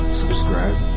subscribe